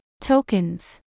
tokens